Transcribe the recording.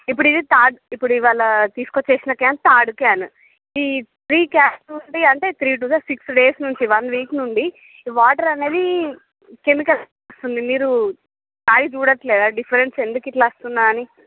ఇప్పుడు ఇది థర్డ్ ఇప్పుడు ఇవ్వాళ తీసుకొచ్చేసిన క్యాన్ థర్డ్ క్యాన్ ఈ త్రీ క్యాన్ నుండి అంతే three twos or six days నుంచి వన్ వీక్ నుండి వాటర్ అనేవి కెమికల్స్ ఉంది మీరు తాగి చూడట్లేదా డిఫరెన్స్ ఎందుకిట్ల వస్తుంది అని